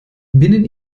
binnen